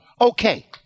okay